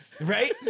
Right